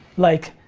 like,